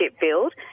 build